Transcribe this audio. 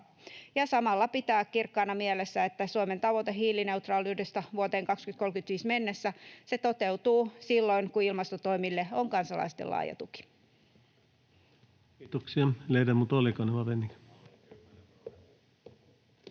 samalla pitää kirkkaana mielessä, että Suomen tavoite hiilineutraaliudesta vuoteen 2035 mennessä toteutuu silloin, kun ilmastotoimille on kansalaisten laaja tuki.